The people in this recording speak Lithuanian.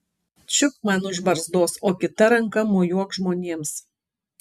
čiupk man už barzdos o kita ranka mojuok žmonėms